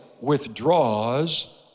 withdraws